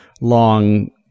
long